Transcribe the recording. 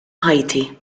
ħajti